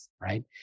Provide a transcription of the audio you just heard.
right